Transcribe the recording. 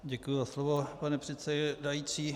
Děkuji za slovo, pane předsedající.